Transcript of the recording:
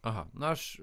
aha na aš